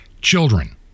children